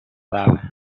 lava